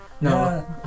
No